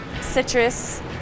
Citrus